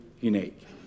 unique